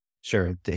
Sure